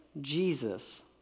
Jesus